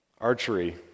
archery